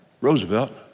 Roosevelt